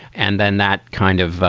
and then that kind of